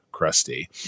crusty